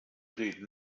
reden